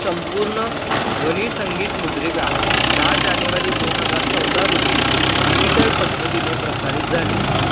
संपूर्ण ध्वनीसंगीतमुद्रिका दहा जानेवारी दोन हजार चौदा रोजी डिजिटल पद्धतीने प्रसारित झाली